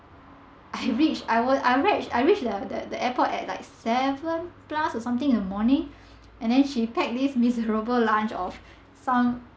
I reached I was I re~ I reached the the the airport at like seven plus or something in the morning and then she packed this miserable lunch of some